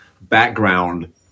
background